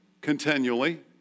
continually